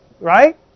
right